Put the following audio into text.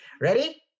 Ready